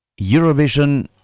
Eurovision